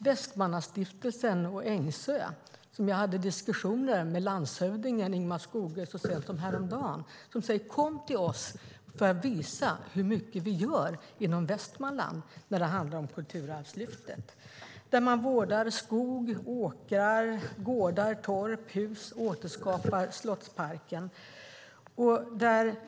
Westmannastiftelsen och Ängsö: Vi hade så sent som häromdagen diskussioner med landshövding Ingemar Skogö som sade: Kom till oss så får jag visa hur mycket vi gör i Västmanland när det handlar om Kulturarvslyftet! Där vårdar man skog, åkrar, gårdar, torp och hus och återskapar slottsparken.